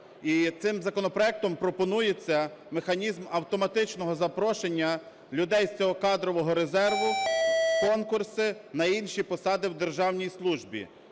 І цим законопроектом пропонується механізм автоматичного запрошення людей з цього кадрового резерву в конкурси на інші посади в державній службі.